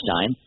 time